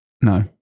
no